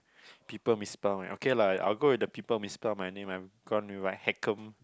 people misspell okay lah I will go with the people misspell my name I'm gonna be like Hekam